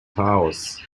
chaos